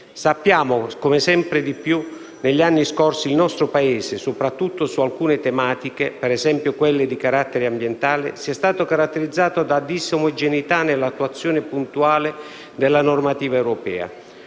Sappiamo come sempre di più, negli anni scorsi, il nostro Paese - soprattutto su alcune tematiche, per esempio quelle di carattere ambientale - sia stato caratterizzato da disomogeneità nell'attuazione puntuale della normativa europea.